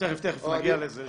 תיכף נגיע לזה.